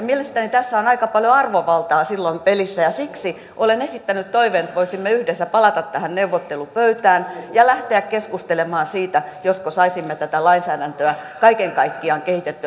mielestäni tässä on aika paljon arvovaltaa silloin pelissä ja siksi olen esittänyt toiveen että voisimme yhdessä palata tähän neuvottelupöytään ja lähteä keskustelemaan siitä josko saisimme tätä lainsäädäntöä kaiken kaikkiaan kehitettyä